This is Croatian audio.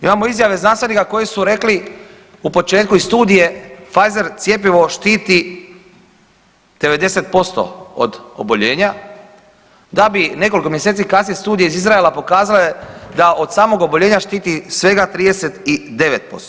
Imamo izjave znanstvenika koji su rekli u početku i studije Pfeizer cjepivo štiti 90% od oboljenja da bi nekoliko mjeseci kasnije studije iz Izraela pokazale da od samog oboljenja štiti svega 39%